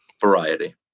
variety